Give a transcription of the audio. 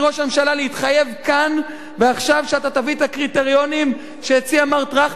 להתחייב כאן ועכשיו שאתה תביא את הקריטריונים שהציע מר טרכטנברג.